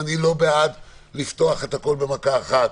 אני לא בעד לפתוח את הכול במכה אחת.